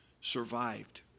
survived